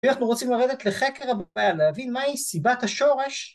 אנחנו רוצים לרדת לחקר הבא להבין מהי סיבת השורש